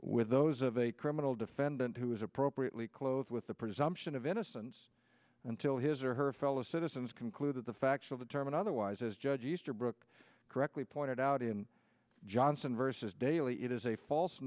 with those of a criminal defendant who is appropriately clothed with the presumption of innocence until his or her fellow citizens concluded the facts of the term and otherwise as judge easterbrook correctly pointed out in johnson vs daily it is a false